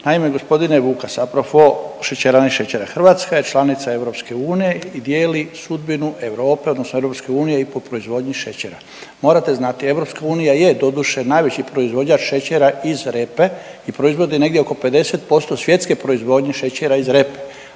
naime g. Vukas a profo šećerane šećera, Hrvatska je članica EU i dijeli sudbinu Europe odnosno EU i po proizvodnji šećera. Morate znati EU je doduše najveći proizvođač šećera iz repe i proizvode negdje oko 50% svjetske proizvodnje šećera iz repe,